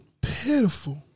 pitiful